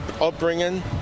upbringing